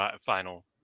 final